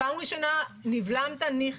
פעם ראשונה נבלמת ניחא,